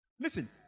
Listen